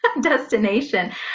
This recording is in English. destination